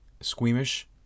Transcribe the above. squeamish